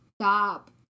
stop